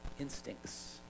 instincts